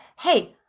hey